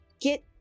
get